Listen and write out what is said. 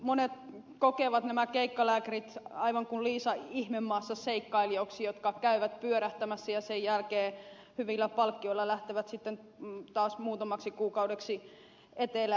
monet kokevat nämä keikkalääkärit aivan kuin liisa ihmemaassa seikkailijoiksi jotka käyvät pyörähtämässä ja sen jälkeen hyvillä palkkioilla lähtevät sitten taas muutamaksi kuukaudeksi etelään